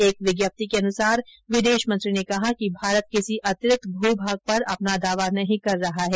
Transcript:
एक विज्ञप्ति के अनुसार विदेश मंत्री ने कहा कि भारत किसी अतिरिक्त भू भाग पर अपना दावा नहीं कर रहा है